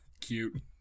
cute